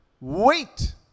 Wait